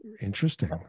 Interesting